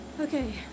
Okay